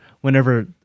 whenever